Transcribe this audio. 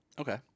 Okay